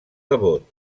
devot